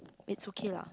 it's okay lah